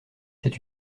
c’est